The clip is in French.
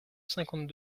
cinquante